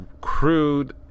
crude